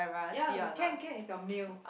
ya can can it's your meal